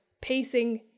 pacing